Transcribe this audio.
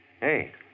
Hey